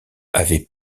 avait